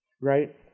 right